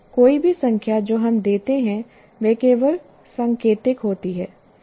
कोई भी संख्या जो हम देते हैं वह केवल सांकेतिक होती है